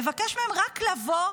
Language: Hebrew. לבקש מהם רק לבוא,